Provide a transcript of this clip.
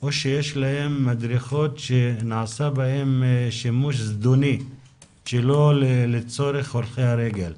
או שיש מדרכות שנעשה בהן שימוש זדוני שלא לצורכי הולכי הרגל.